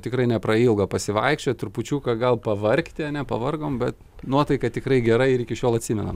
tikrai neprailgo pasivaikščioję trupučiuką gal pavargti ane pavargom bet nuotaika tikrai gera ir iki šiol atsimenam